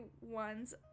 ones